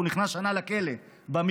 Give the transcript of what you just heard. הוא נכנס לשנה לכלא מיידית.